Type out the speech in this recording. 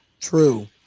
True